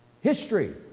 History